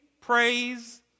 praise